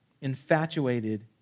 infatuated